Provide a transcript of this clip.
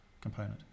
component